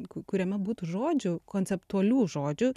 kuriame būtų žodžių konceptualių žodžių